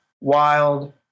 wild